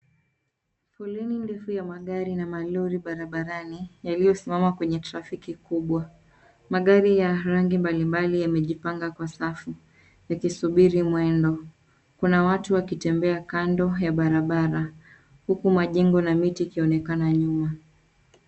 Foleni ndefu ya magari na malori barabarani yaliyosimama kwenye trafiki kubwa. Magari ya rangi mbalimbali yamejipanga kwa safu, yakisubiri mwendo. Kuna watu wakitembea kando ya barabara huku majengo na miti ikionekana nyuma.